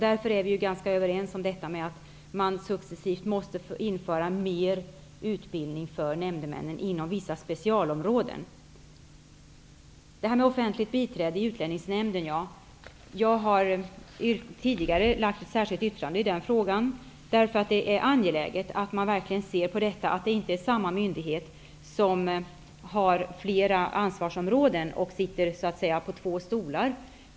Därför är vi ganska överens om att man successivt måste införa mer utbildning för nämndemännen inom vissa specialområden. Utlänningsnämnden, har jag tidigare formulerat ett särskilt yttrande i denna fråga, därför att det är angeläget att man verkligen ser på frågan om att det inte är samma myndighet som har flera ansvarsområden och så att säga sitter på två stolar.